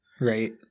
right